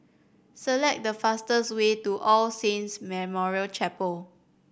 select the fastest way to All Saints Memorial Chapel